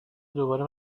دوباره